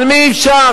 על מי אפשר?